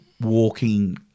walking